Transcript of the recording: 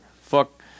fuck